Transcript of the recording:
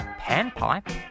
Panpipe